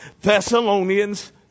Thessalonians